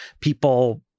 people